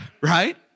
Right